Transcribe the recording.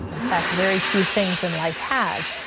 in fact, very few things in life have.